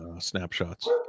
snapshots